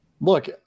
look